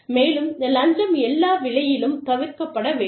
மேலும் லஞ்சம் எல்லா விலையிலும் தவிர்க்கப்பட வேண்டும்